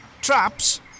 Traps